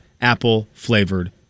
apple-flavored